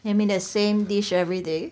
you mean the same dish every day